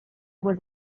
was